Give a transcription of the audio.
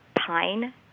Pine